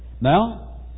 Now